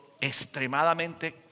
extremadamente